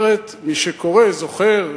מי שקורא זוכר,